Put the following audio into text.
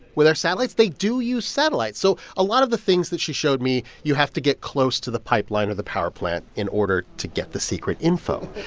with our satellites? they do use satellites. so a lot of the things that she showed me you have to get close to the pipeline or the power plant in order to get the secret info.